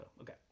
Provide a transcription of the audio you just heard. Okay